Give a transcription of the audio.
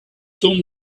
told